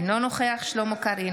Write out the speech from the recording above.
אינו נוכח שלמה קרעי,